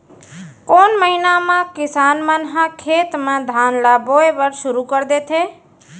कोन महीना मा किसान मन ह खेत म धान ला बोये बर शुरू कर देथे?